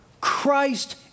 Christ